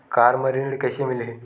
Car म ऋण कइसे मिलही?